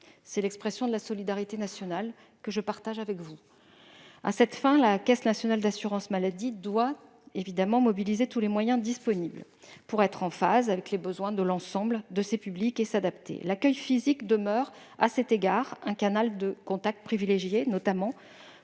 C'est l'expression de la solidarité nationale, que je partage avec vous. À cette fin, la caisse nationale d'assurance maladie doit évidemment mobiliser tous les moyens disponibles pour être en phase avec les besoins de l'ensemble de ses publics et s'adapter. À cet égard, l'accueil physique demeure un canal de contact privilégié, notamment